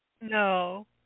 No